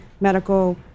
medical